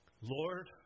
Lord